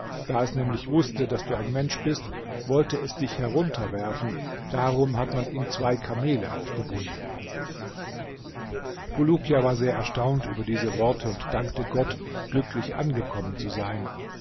da es nämlich wußte daß du ein mensch bist wollte es dich herunterwerfen darum hat man ihm zwei kamele aufgebunden bulukia war sehr erstaunt über diese worte und dankte gott glücklich angekommen zu sein